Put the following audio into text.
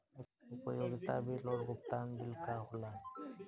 उपयोगिता बिल और भुगतान बिल का होला?